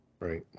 Right